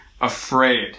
afraid